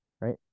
Right